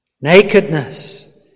nakedness